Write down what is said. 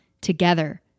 together